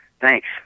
Thanks